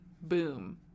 boom